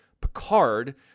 Picard